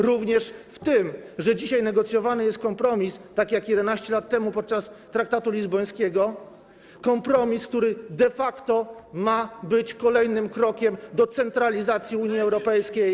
Również w tym, że dzisiaj negocjowany jest kompromis, tak jak 11 lat temu podczas negocjacji traktatu lizbońskiego, kompromis, który de facto ma być kolejnym krokiem do centralizacji Unii Europejskiej.